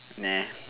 nah